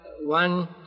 one